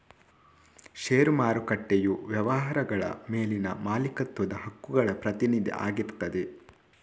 ಷೇರು ಮಾರುಕಟ್ಟೆಯು ವ್ಯವಹಾರಗಳ ಮೇಲಿನ ಮಾಲೀಕತ್ವದ ಹಕ್ಕುಗಳ ಪ್ರತಿನಿಧಿ ಆಗಿರ್ತದೆ